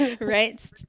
right